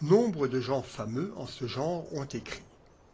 nombre de gens fameux en ce genre ont écrit